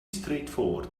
straightforward